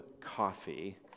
coffee